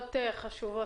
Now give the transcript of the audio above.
נקודות חשובות.